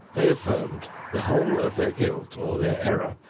they affirmed the whole of their guilt, or their error,